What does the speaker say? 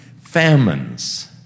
famines